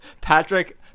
Patrick